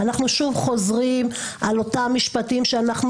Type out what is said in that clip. אנחנו שוב חוזרים על אותם משפטים שאנחנו